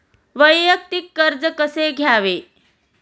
वैयक्तिक कर्ज कसे घ्यावे?